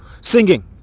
singing